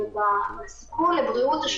זאת אומרת,